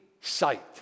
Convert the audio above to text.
sight